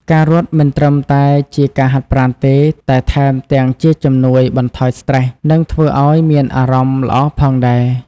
ការរត់មិនត្រឹមតែជាការហាត់ប្រាណទេ តែថែមទាំងជាជំនួយបន្ថយស្ត្រេស និងធ្វើឲ្យមានអារម្មណ៍ល្អផងដែរ។